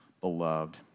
beloved